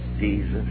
Jesus